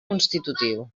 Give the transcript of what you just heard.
constitutiu